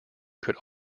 could